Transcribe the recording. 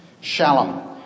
Shalom